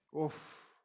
Oof